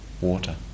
Water